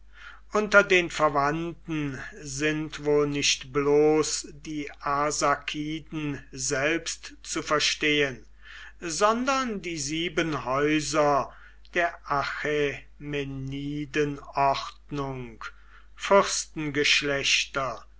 unter den verwandten sind wohl nicht bloß die arsakiden selbst zu verstehen sondern die sieben häuser der achämenidenordnung